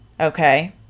Okay